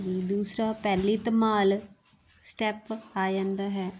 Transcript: ਅਤੇ ਦੂਸਰਾ ਪਹਿਲੀ ਧਮਾਲ ਸਟੈਪ ਆ ਜਾਂਦਾ ਹੈ